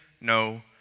no